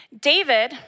David